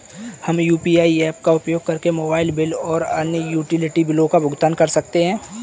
हम UPI apps का उपयोग करके मोबाइल बिल और अन्य यूटिलिटी बिलों का भुगतान कर सकते हैं